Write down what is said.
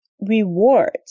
rewards